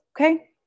okay